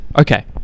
Okay